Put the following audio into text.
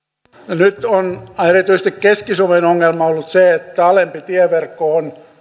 nyt on erityisesti keski suomen ongelma ollut se että alempi tieverkko on